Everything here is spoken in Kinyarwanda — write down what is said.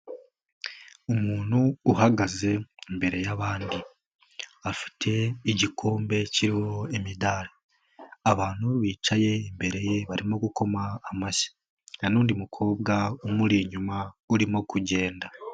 Umuntu uhagaze imbere yabandi, afite igikombe kiriho imidari, abantu bicaye imbere ye barimo gukoma amashyi. Hari n'undi mukobwa umuri inyuma urimo kugenda.